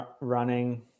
running